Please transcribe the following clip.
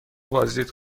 بازدید